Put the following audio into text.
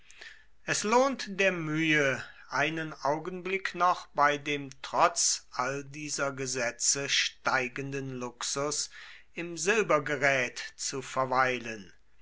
es lohnt der mühe einen augenblick noch bei dem trotz all dieser gesetze steigenden luxus im silbergerät zu verweilen